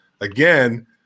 again